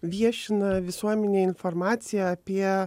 viešina visuomenei informaciją apie